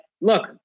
look